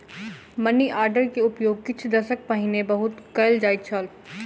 money order के उपयोग किछ दशक पहिने बहुत कयल जाइत छल